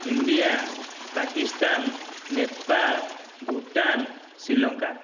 India Pakistan Nepal Bhutan Sri Lanka